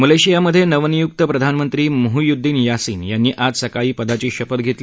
मलेशियामधे नवनियुक्त प्रधानमंत्री Muhyiddin Yassin यांनी आज सकाळी पदाची शपथ घेतली